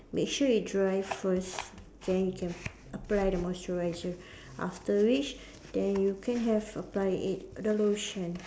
make sure it dry first then you can apply the moisturiser after which then you can have apply eh the lotion